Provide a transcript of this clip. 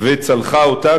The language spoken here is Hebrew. וצלחה ואותה.